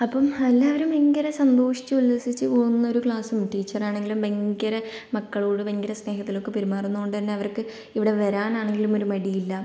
അപ്പം എല്ലാവരും ഭയങ്കര സന്തോഷിച്ച് ഉല്ലസിച്ച് പോകുന്ന ഒരു ക്ലാസും ടീച്ചറാണെങ്കിലും ഭയങ്കര മക്കളോട് ഭയങ്കര സ്നേഹത്തിലൊക്കെ പെരുമാറുന്നതുകൊണ്ടുതന്നെ അവർക്ക് ഇവിടെ വരാനാണെങ്കിലും ഒരു മടിയില്ല